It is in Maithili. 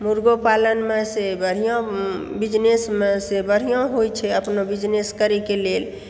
मुर्गो पालनमे सँ बढ़िआँ बिजनेसमे सँ बढ़िआँ होइ छै अपना बिजनेस करैके लेल